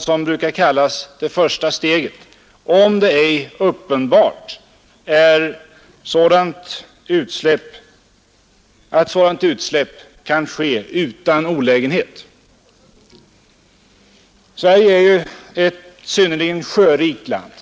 som brukar kallas det första steget, om det ej är uppenbart att sådant utsläpp kan ske utan olägenhet. Sverige är ju ett synnerligen sjörikt land.